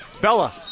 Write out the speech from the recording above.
Bella